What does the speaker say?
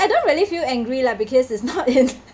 I don't really feel angry lah because it's not in